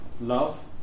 Love